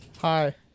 Hi